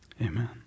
Amen